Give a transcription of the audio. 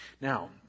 Now